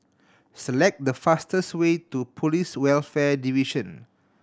select the fastest way to Police Welfare Division